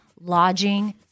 lodging